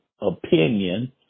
opinion